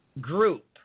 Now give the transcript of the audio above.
group